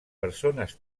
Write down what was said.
persones